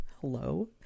hello